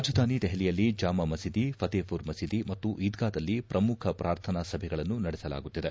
ರಾಜಧಾನಿ ದೆಹಲಿಯಲ್ಲಿ ಜಾಮಾ ಮಸೀದಿ ಫತೇಹ್ಮರ್ ಮಸೀದಿ ಮತ್ತು ಈದ್ಗಾದಲ್ಲಿ ಶ್ರಮುಖ ಪ್ರಾರ್ಥನಾ ಸಭೆಗಳನ್ನು ನಡೆಸಲಾಗುತ್ತಿದೆ